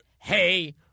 hey